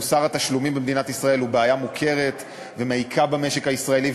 מוסר התשלומים במדינת ישראל הוא בעיה מוכרת ומעיקה במשק הישראלי,